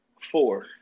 four